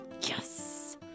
Yes